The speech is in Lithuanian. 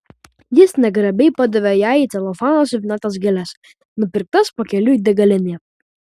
jis negrabiai padavė jai į celofaną suvyniotas gėles nupirktas pakeliui degalinėje